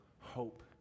hope